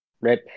Right